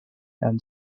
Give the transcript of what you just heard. and